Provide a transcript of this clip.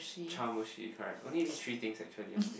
chawanmushi correct only these three things actually I think